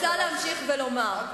אני רוצה להמשיך ולומר,